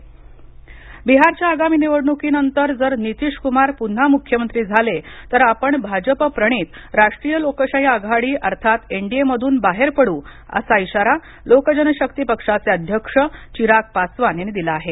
चिराग पासवान बिहारच्या आगामी निवडणुकीनंतर जर नितीश कुमार पुन्हा मुख्यमंत्री झाले तर आपण भाजप प्रणीत राष्ट्रीय लोकशाही आघाडी अर्थात एन डी ए मधून बाहेर पडू असा इशारा लोक जनशक्ती पक्षाचे अध्यक्ष चिराग पासवान यांनी दिला आहे